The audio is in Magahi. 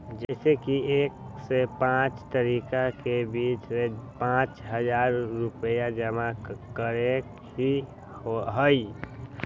जैसे कि एक से पाँच तारीक के बीज में पाँच हजार रुपया जमा करेके ही हैई?